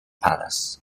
palace